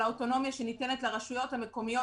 על האוטונומיה שניתנת לרשויות המקומיות